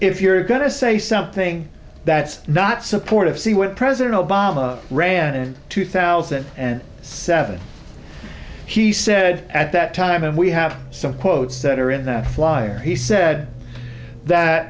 if you're going to say something that's not supportive see what president obama ran in two thousand and seven he said at that time and we have some quotes that are in that flyer he said